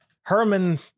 Herman